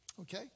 Okay